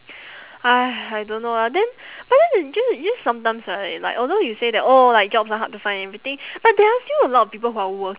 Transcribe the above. !hais! I don't know ah then but then just just sometimes right like although you say that oh like jobs are hard to find and everything but there are still a lot of people who are work~